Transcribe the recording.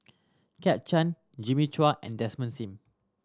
Kit Chan Jimmy Chua and Desmond Sim